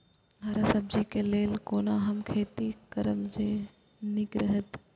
हरा सब्जी के लेल कोना हम खेती करब जे नीक रहैत?